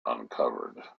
uncovered